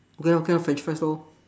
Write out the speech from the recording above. okay lor okay lor french fries lor